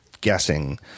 guessing